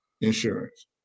insurance